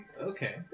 Okay